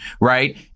right